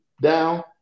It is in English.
down